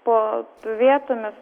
po vietomis